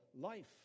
life